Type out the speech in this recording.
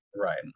right